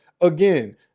again